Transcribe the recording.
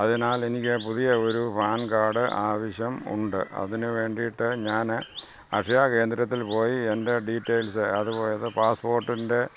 അതിനാൽ എനിക്ക് പുതിയ ഒരു പാൻ കാർഡ് ആവശ്യം ഉണ്ട് അതിന് വേണ്ടിയിട്ട് ഞാൻ അക്ഷയാ കേന്ദ്രത്തിൽ പോയി എൻ്റെ ഡീറ്റെയിൽസ് അത് പോയത് പാസ്പോർട്ടിൻ്റെ